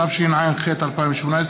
התשע"ח 2018,